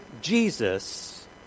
Jesus